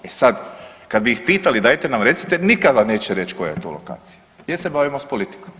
E sad, kad bih pitali dajte nam recite nikad vam neće reći koja je to lokacija jer se bavimo s politikom.